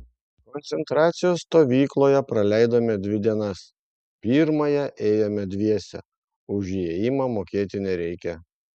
koncentracijos stovykloje praleidome dvi dienas pirmąją ėjome dviese už įėjimą mokėti nereikia